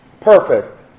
perfect